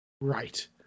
Right